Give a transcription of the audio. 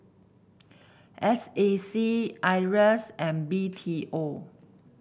S A C Iras and B T O